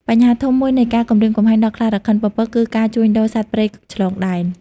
បញ្ហាធំមួយនៃការគំរាមកំហែងដល់ខ្លារខិនពពក គឺ ការជួញដូរសត្វព្រៃឆ្លងដែន។